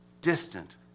distant